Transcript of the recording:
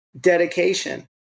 dedication